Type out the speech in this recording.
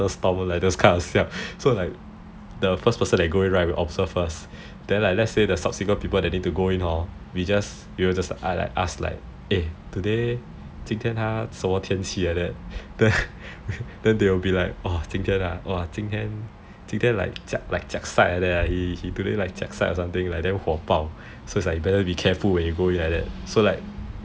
like thunderstorm those kind so the first person that goes in we observe first then let's say the subsequent people then need to go in hor we'll just like ask like eh today 今天啊什么天气来的 then they will be like 哇今天啊哇今天今天 like jia~ like jiak sai like that he today like jiak sai or something damn 火爆 so it's like you better be careful when you go in like that so like